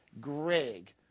Greg